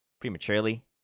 prematurely